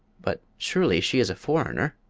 but surely she is a foreigner?